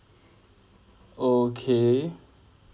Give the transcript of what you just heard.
okay